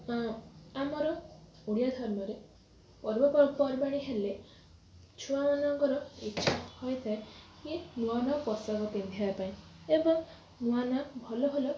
ଆମର ଓଡ଼ିଆ ଧର୍ମରେ ପର୍ବପର୍ବାଣୀ ହେଲେ ଛୁଆ ମାନଙ୍କର ଇଚ୍ଛା ହୋଇଥାଏ କି ନୂଆ ନୂଆ ପୋଷାକ ପିନ୍ଧିବା ପାଇଁ ଏବଂ ନୂଆ ନୂଆ ଭଲ ଭଲ